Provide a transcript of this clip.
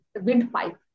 windpipe